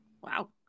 wow